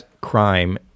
crime